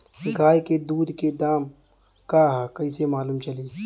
गाय के दूध के दाम का ह कइसे मालूम चली?